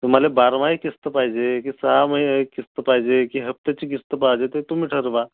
तुम्हाला बारमाही किस्त पाहिजे की सहामाही किस्त पाहिजे की हप्त्याची किस्त पाहिजे ते तुम्ही ठरवा